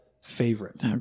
favorite